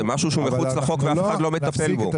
זה משהו הוא חוץ לחוק ואף אחד לא מטפל בו.